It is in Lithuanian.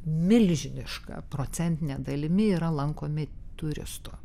milžiniška procentine dalimi yra lankomi turistų